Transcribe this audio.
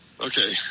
okay